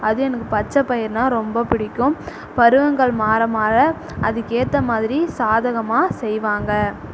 அது எனக்கு பச்சை பயிர்னால் ரொம்ப பிடிக்கும் பருவங்கள் மாற மாற அதுக்கேற்ற மாதிரி சாதகமாக செய்வாங்க